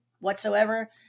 whatsoever